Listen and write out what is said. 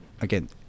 again